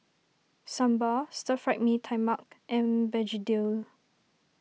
Sambal Stir Fried Mee Tai Mak and Begedil